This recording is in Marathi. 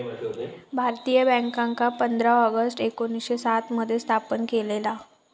भारतीय बॅन्कांका पंधरा ऑगस्ट एकोणीसशे सात मध्ये स्थापन केलेला